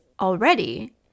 already